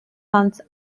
months